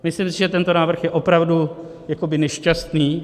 Myslím si, že tento návrh je opravdu jakoby nešťastný.